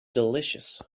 delicious